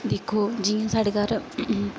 दिक्खो जियां साढ़े घर